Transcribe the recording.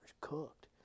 cooked